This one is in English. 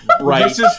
Right